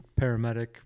paramedic